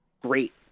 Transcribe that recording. great